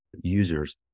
users